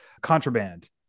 contraband